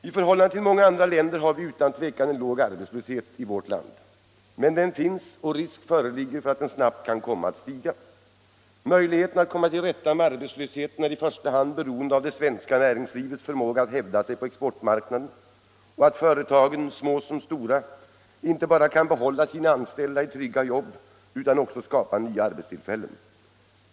I förhållande till många andra länder har vi utan tvivel en låg arbetslöshet i vårt land. Men den finns, och risk föreligger för att den Allmänpolitisk debatt Allmänpolitisk debatt snabbt kan komma att stiga. Möjligheten att komma till rätta med arbetslösheten är i första hand beroende av det svenska näringslivets förmåga att hävda sig på exportmarknaden och att företagen — små som stora — inte bara kan behålla sina anställda i trygga jobb utan också skapa nya arbetstillfällen.